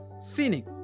Scenic